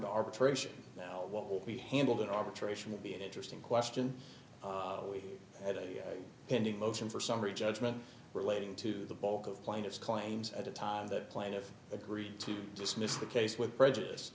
to arbitration now what we handled in arbitration will be an interesting question we had a pending motion for summary judgment relating to the bulk of plaintiff's claims at a time that plaintiff agreed to dismiss the case with prejudice